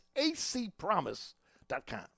acpromise.com